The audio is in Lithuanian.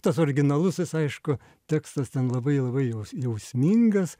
tas originalusis aišku tekstas ten labai labai jaus jausmingas